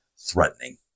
threatening